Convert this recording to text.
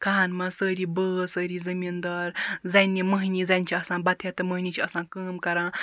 کھَہَن مَنٛز سٲری بٲژ سٲری زمیٖنٛدار زَنہِ مۅہنی زَنہِ چھِ آسان بَتہٕ ہیٚتھ تہٕ مۅہنی چھِ آسان کٲم کَران